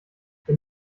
wenn